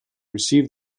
receive